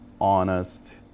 honest